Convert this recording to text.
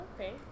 Okay